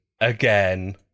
again